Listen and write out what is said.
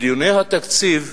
בדיוני התקציב,